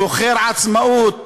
שוחר עצמאות,